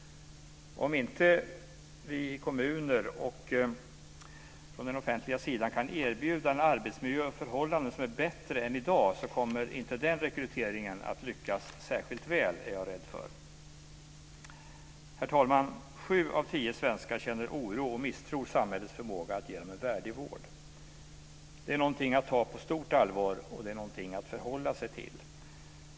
Om inte vi kommuner och vi från den offentliga sidan kan erbjuda en arbetsmiljö och förhållanden som är bättre än i dag är jag rädd att den rekryteringen inte kommer att lyckas särskilt väl. Herr talman! Sju av tio svenskar känner oro och misstror samhällets förmåga att ge dem en värdig vård. Det är någonting att ta på stort allvar, och det är någonting att förhålla sig till.